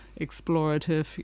explorative